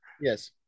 Yes